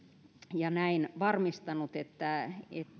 ja näin varmistanut että